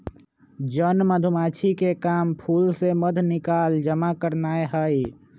जन मधूमाछिके काम फूल से मध निकाल जमा करनाए हइ